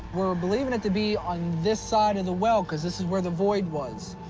we're believing it to be on this side of the well, because this is where the void was.